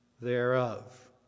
thereof